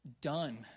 done